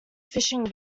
fishing